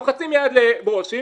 לוחצים יד לברושי,